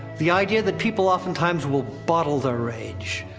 the idea that people, oftentimes, will bottle their rage.